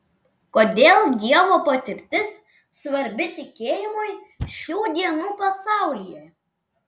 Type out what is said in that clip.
kodėl dievo patirtis svarbi tikėjimui šių dienų pasaulyje